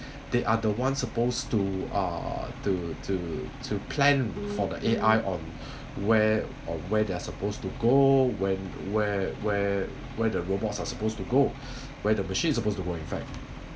they are the one supposed to uh to to to plan for the A_I on where or where they're supposed to go when where where where the robots are supposed to go where the machines are supposed to go in fact